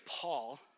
Paul